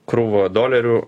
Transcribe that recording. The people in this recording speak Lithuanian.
krūvą dolerių